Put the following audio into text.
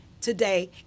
today